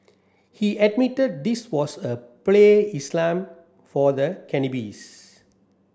he admitted this was a play Islam for the cannabis